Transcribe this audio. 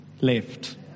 left